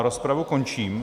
Rozpravu končím.